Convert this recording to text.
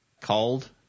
cold